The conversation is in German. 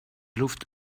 luft